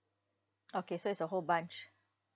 okay so it's a whole bunch